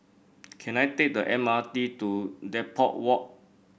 can I take the M R T to Depot Walk